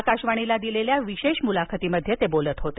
आकाशवाणीला दिलेल्या विशेष मुलाखतीत ते बोलत होते